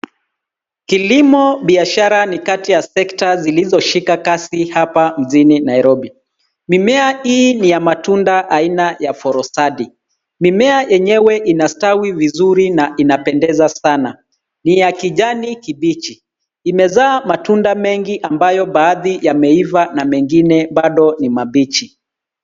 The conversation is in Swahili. Kilimo biashara ni kati ya sekta zilizoshika kasi hapa mjini Nairobi. Mimea hii ni ya matunda aina ya forestadip .Mimea yenyewe inastawi vizuri na inapendeza sana. Ni ya kijani kibichi. Imezaa matunda mengi ambayo baadhi yameiva na mengine bado ni mabichi.